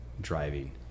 driving